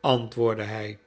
antwoordde hij